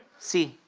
si.